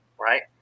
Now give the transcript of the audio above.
right